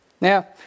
Now